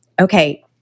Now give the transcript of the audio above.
okay